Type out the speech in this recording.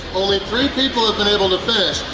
only three people have been able to finish,